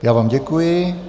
Já vám děkuji.